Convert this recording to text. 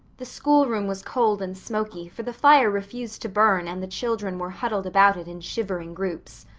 the schoolroom was cold and smoky, for the fire refused to burn and the children were huddled about it in shivering groups.